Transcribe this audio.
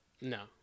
no